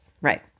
Right